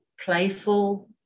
playful